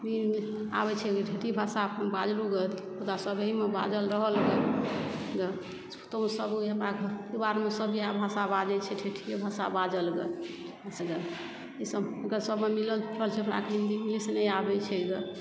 ई आबय छै गे ठेठी भाषा अपन बाजलहुँ गे पोता सब अहीमे बाजल रहल गे गे पुतहु सब हमरा घर परिवारमे सब इएह भाषा बाजय छै ठेठिये भाषा बाजल गे इसब सभमे मिलल रहय छै हमराके हिन्दी इंग्लिश नहि आबय छै गे